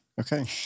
Okay